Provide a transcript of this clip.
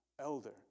elder